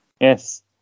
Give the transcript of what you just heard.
Yes